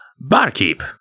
Barkeep